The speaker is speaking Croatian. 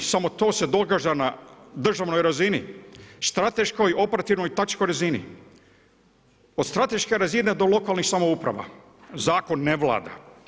Samo to se događa na državnoj razini, strateškoj, operativno-taktičkoj razini, od strateške razine do lokalnih samouprava zakon ne vlada.